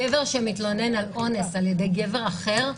גבר שמתלונן על אונס על ידי גבר אחר,